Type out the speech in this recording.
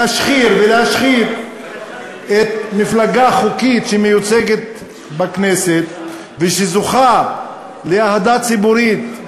להשחיר ולהשחיר מפלגה חוקית שמיוצגת בכנסת וזוכה לאהדה ציבורית,